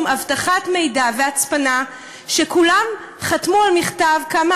אבטחת מידע והצפנה שכולם חתמו על מכתב שאומר כמה